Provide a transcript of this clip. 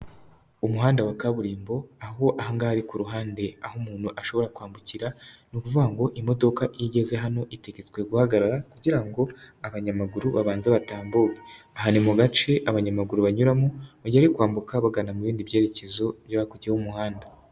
Umuhanda wa kaburimbo aho aha ngaha ari ku ruhande aho umuntu ashobora kwambukira, ni ukuvuga ngo imodoka iyo igeze hano itegetswe guhagarara, kugira ngo abanyamaguru babanze batambuke. aha ni mu gace abanyamaguru banyuramo mu gihe bari kwambuka, bagana mu bindi byerekezo hakurya y'umuhanda.